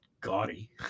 gaudy